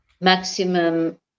Maximum